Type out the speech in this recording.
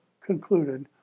concluded